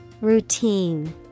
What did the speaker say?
Routine